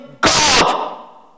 God